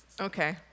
Okay